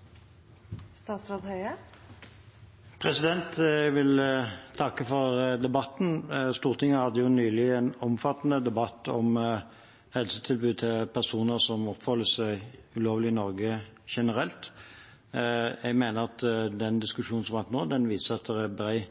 Jeg vil takke for debatten. Stortinget hadde nylig en omfattende debatt om helsetilbud til personer som oppholder seg ulovlig i Norge generelt. Jeg mener at den diskusjonen vi har hatt nå, viser at det er bred